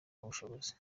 ubushobozi